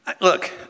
Look